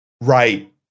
Right